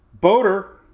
boater